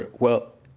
ah well,